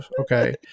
Okay